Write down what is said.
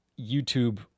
youtube